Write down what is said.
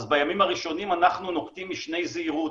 אז בימים הראשונים אנחנו נוקטים משנה זהירות.